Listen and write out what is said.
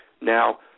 Now